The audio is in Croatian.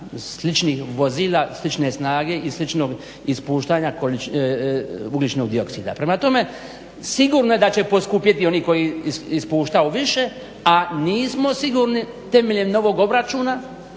sličnih vozila slične snage i sličnog ispuštanja ugljičnog dioksida. Prema tome, sigurno je da će poskupjeti oni koji ispuštaju više, a nismo sigurni temeljem novog obračuna